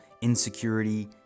insecurity